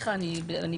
סליחה, אני בעד.